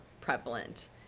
prevalent